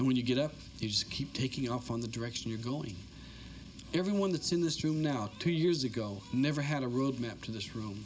and when you get up you just keep taking off on the direction you're going everyone that's in this room now two years ago never had a roadmap to this room